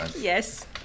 Yes